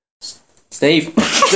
Steve